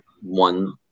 one